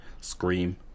Scream